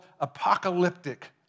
apocalyptic